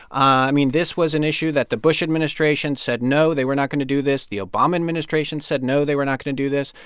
i mean, this was an issue that the bush administration said, no, they were not going to do this. the obama administration said, no, they were not going to do this.